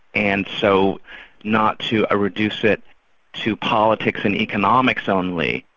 and so not to reduce it to politics and economics only,